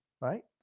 right